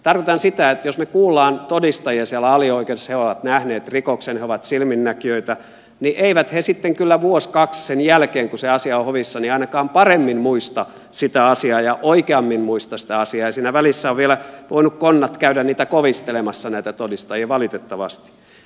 tarkoitan sitä että jos me kuulemme todistajia siellä alioikeudessa he ovat nähneet rikoksen he ovat silminnäkijöitä niin eivät he sitten kyllä vuosi kaksi sen jälkeen sitten kun se asia on hovissa ainakaan paremmin muista sitä asiaa ja oikeammin muista sitä asiaa ja siinä välissä ovat vielä voineet konnat käydä kovistelemassa näitä todistajia valitettavasti